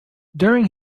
during